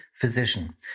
Physician